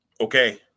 Okay